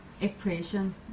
expression